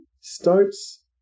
starts